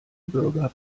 bürger